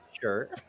sure